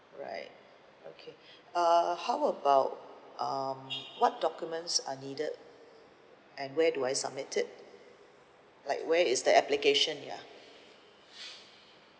alright okay uh how about um what documents are needed and where do I submit it like where is the application ya